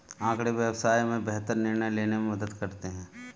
आँकड़े व्यवसाय में बेहतर निर्णय लेने में मदद करते हैं